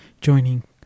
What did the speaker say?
joining